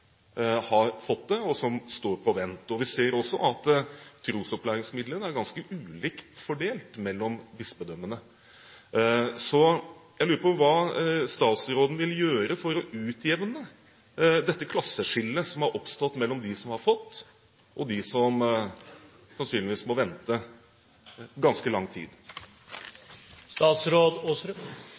har fått det, og som står på vent. Vi ser også at trosopplæringsmidlene er ganske ulikt fordelt mellom bispedømmene. Jeg lurer på hva statsråden vil gjøre for å utjevne dette klasseskillet som har oppstått mellom de som har fått, og de som sannsynligvis må vente i ganske lang